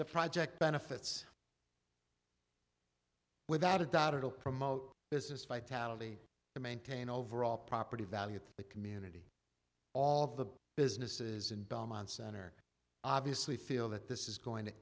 the project benefits without a doubt it will promote business vitality to maintain overall property value to the community all of the businesses in belmont center obviously feel that this is going to